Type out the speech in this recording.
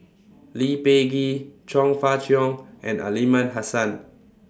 Lee Peh Gee Chong Fah Cheong and Aliman Hassan